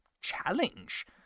challenge